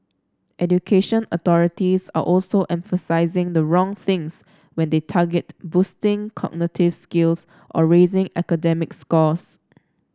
education authorities are also emphasising the wrong things when they target boosting cognitive skills or raising academic scores